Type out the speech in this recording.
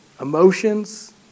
Emotions